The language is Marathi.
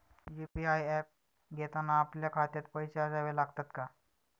यु.पी.आय ऍप घेताना आपल्या खात्यात पैसे असावे लागतात का?